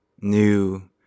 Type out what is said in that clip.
new